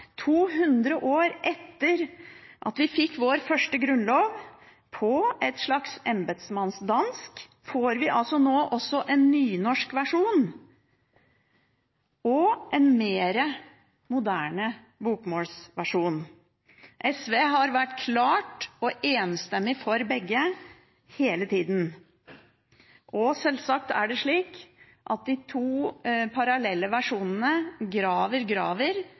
200 år etter at vi fikk vår første grunnlov på et slags embetsmannsdansk, får vi nå også en nynorskversjon og en mer moderne bokmålsversjon. SV har vært klart – og enstemmig – for begge hele tiden, og selvsagt er det slik at de to parallelle versjonene,